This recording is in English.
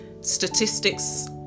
statistics